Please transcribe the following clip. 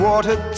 Water